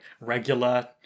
regular